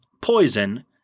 Poison